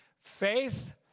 Faith